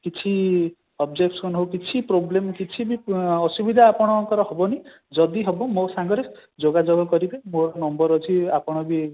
କିଛି ଅବଜେକସନ୍ ହେଉ କିଛି ପ୍ରୋବ୍ଲେମ୍ କିଛି ବି ଅସୁବିଧା ଆପଣଙ୍କର ହେବନି ଯଦି ହେବ ସାଙ୍ଗରେ ଯୋଗାଯୋଗ କରିବେ ମୋର ନମ୍ବର ଅଛି ଆପଣ ବି